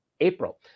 April